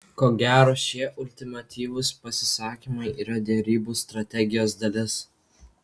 ko gero šie ultimatyvūs pasisakymai yra derybų strategijos dalis